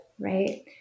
Right